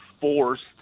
forced